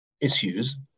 issues